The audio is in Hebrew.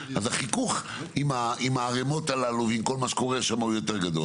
אז החיכוך עם הערמות הללו ועם כל מה שקורה שם עוד יותר גדול.